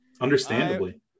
Understandably